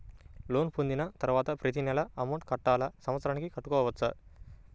Loan పొందిన తరువాత ప్రతి నెల అమౌంట్ కట్టాలా? సంవత్సరానికి కట్టుకోవచ్చా?